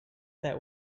that